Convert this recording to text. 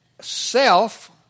self